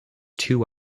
two